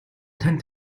танд